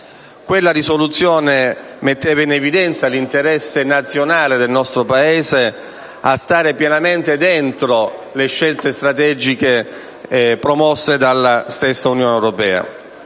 Quella risoluzione metteva in evidenza l'interesse nazionale del nostro Paese a stare pienamente dentro le scelte strategiche promosse dall'Unione europea.